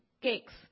cakes